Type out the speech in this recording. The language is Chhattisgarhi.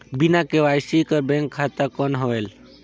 बिना के.वाई.सी कर बैंक खाता कौन होएल?